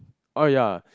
oh ya